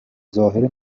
ظاهر